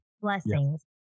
Blessings